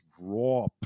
raw